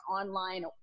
online